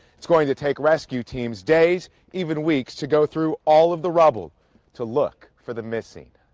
it's going to take rescue teams days, even weeks, to go through all of the rubble to look for the missing.